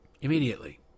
Immediately